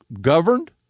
governed